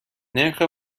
نرخ